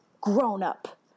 grown-up